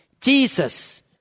Jesus